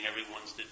everyone's